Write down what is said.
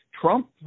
Trump